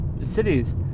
cities